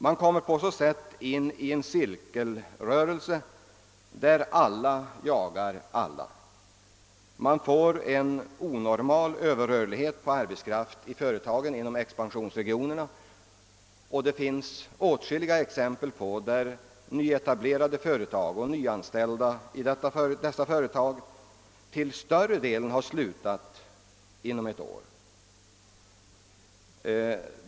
Man kommer på så sätt in i en cirkelrörelse där alla jagar alla. Man får en onormal överrörlighet på arbetskraften i företagen inom expansionsregionerna. Det finns åtskilliga exempel på att nyanställda i nyetablerade företag till större delen har flyttat inom ett år.